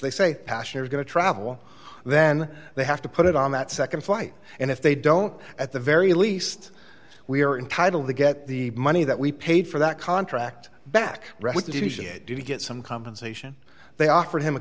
they say passion is going to travel then they have to put it on that nd flight and if they don't at the very least we are entitled to get the money that we paid for that contract back to get some compensation they offered him a